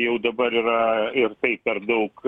jau dabar yra ir tai per daug